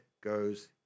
goes